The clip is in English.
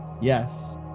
Yes